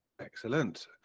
Excellent